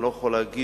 אני לא יכול להגיד